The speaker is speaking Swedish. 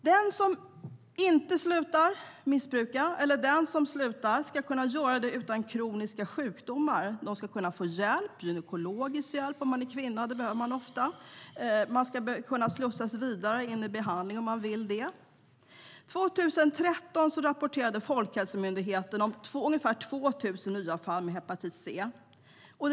Den som slutar missbruka ska kunna göra det utan kroniska sjukdomar. Man ska kunna få hjälp. Kvinnor behöver till exempel ofta gynekologisk hjälp. Och man ska kunna slussas vidare in i behandling om man vill det. År 2013 rapporterade Folkhälsomyndigheten om ungefär 2 000 nya fall av hepatit C.